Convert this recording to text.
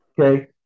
Okay